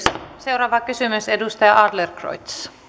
seuraava kysymys edustaja adlercreutz